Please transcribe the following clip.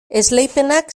esleipenak